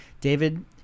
david